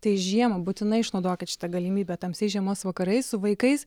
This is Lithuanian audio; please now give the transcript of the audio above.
tai žiemą būtinai išnaudokit šitą galimybę tamsiais žiemos vakarais su vaikais